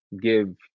give